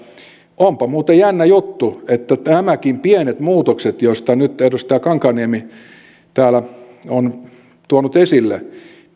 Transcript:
onpa muuten jännä juttu miten syntyivät nämäkin pienet muutokset joita nyt edustaja kankaanniemi täällä on tuonut esille